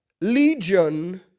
Legion